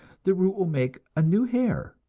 the root will make a new hair.